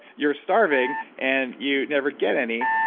you're starving, and you never get any,